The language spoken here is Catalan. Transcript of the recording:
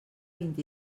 vint